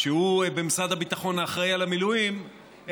שהוא האחראי למילואים במשרד הביטחון,